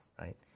right